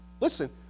Listen